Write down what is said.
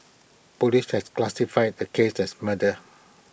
Police has classified the case as murder